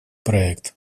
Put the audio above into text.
проект